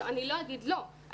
הוא לא יגיד לא,